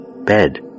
bed